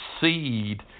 seed